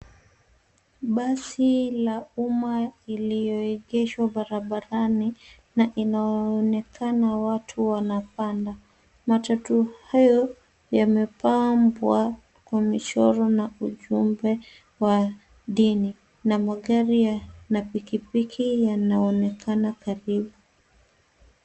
Basi la uma iliyoekeshwa barabarani na inaonekana watu wanapanda matatu hayo yamepambwa Kwa michoro na ujumbe wa dini na magari na pikipiki yanaonekana karibu